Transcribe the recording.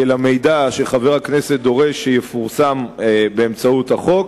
של המידע שחבר הכנסת דורש שיפורסם באמצעות החוק.